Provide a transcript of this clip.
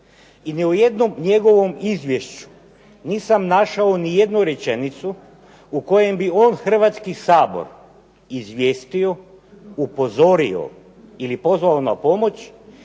i ni u jednom njegovom izvješću nisam našao nijednu rečenicu u kojoj bi on Hrvatski sabor izvjestio, upozorio ili pozvao na pomoć